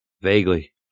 vaguely